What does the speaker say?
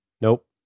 Nope